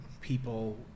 people